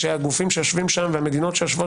שהגופים שיושבים שם והמדינות שיושבות